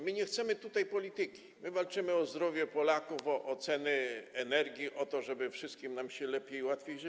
My nie chcemy tutaj polityki, my walczymy o zdrowie Polaków, o ceny energii, o to, żeby wszystkim nam lepiej i łatwiej się żyło.